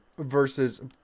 Versus